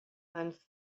and